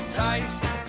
taste